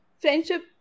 friendship